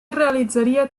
realitzaria